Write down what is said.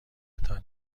تان